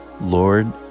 lord